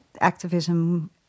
activism